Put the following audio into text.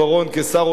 כשר אוצר,